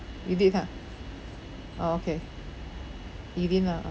you did ha orh okay you didn't lah ah